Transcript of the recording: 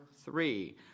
three